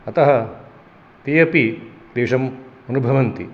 अतः ते अपि क्लेशम् अनुभवन्ति